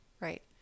right